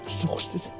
exhausted